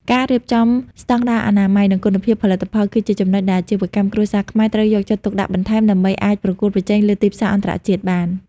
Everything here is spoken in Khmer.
ការរៀបចំស្តង់ដារអនាម័យ និងគុណភាពផលិតផល គឺជាចំណុចដែលអាជីវកម្មគ្រួសារខ្មែរត្រូវយកចិត្តទុកដាក់បន្ថែមដើម្បីអាចប្រកួតប្រជែងលើទីផ្សារអន្តរជាតិបាន។